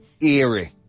eerie